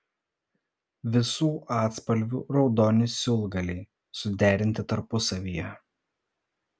visų atspalvių raudoni siūlgaliai suderinti tarpusavyje